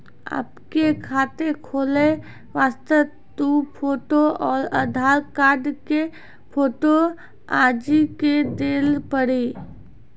आपके खाते खोले वास्ते दु फोटो और आधार कार्ड के फोटो आजे के देल पड़ी?